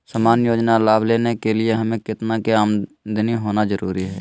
सामान्य योजना लाभ लेने के लिए हमें कितना के आमदनी होना जरूरी है?